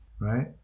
Right